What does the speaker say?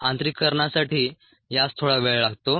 आंतरिकरणासाठी यास थोडा वेळ लागतो